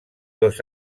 dos